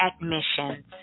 admissions